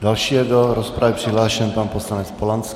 Další je do rozpravy přihlášen pan poslanec Polanský.